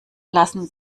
lassen